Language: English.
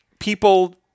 People